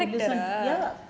and this [one] ya